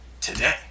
today